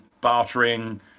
bartering